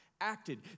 acted